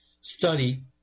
study